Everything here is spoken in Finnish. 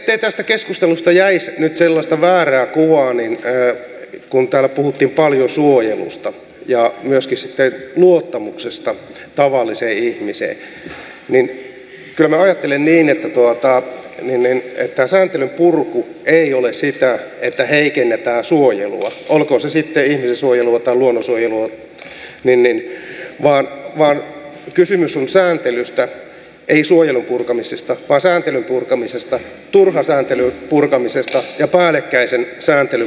ettei tästä keskustelusta jäisi nyt sellaista väärää kuvaa kun täällä puhuttiin paljon suojelusta ja myöskin sitten luottamuksesta tavalliseen ihmiseen niin kyllä minä ajattelen niin että sääntelyn purku ei ole sitä että heikennetään suojelua olkoon se sitten ihmisen suojelua tai luonnon suojelua vaan kysymys on sääntelystä ei suojelun purkamisesta vaan sääntelyn purkamisesta turhan sääntelyn purkamisesta ja päällekkäisen sääntelyn purkamisesta